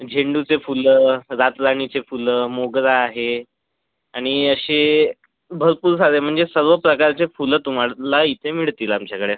झेंडूचे फुलं रातराणीचे फुलं मोगरा आहे आणि असे भरपूर सारे म्हणजे सर्व प्रकारचे फुलं तुम्हाला इथे मिळतील आमच्याकडे